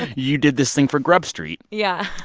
you did this thing for grub street. yeah.